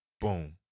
Boom